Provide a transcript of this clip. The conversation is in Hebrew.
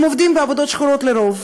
הם עובדים בעבודות שחורות, לרוב,